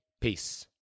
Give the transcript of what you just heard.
Peace